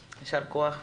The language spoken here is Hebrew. יישר כח ותודה.